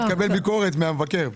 אם לא, תקבל ביקורת מהמבקר.